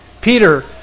Peter